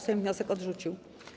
Sejm wniosek odrzucił.